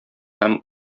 һәм